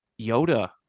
Yoda